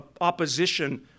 opposition